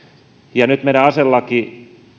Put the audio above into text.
ja nyt meidän aselakimme